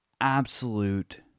absolute